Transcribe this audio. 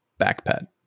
backpad